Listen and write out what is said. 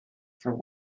for